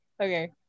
Okay